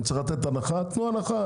אם צריך לתת הנחה, תנו הנחה.